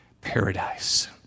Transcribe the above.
paradise